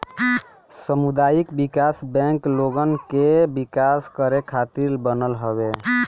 सामुदायिक विकास बैंक लोगन के विकास करे खातिर बनल हवे